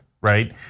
right